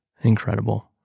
incredible